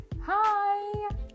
hi